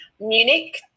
Munich